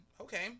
okay